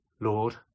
lord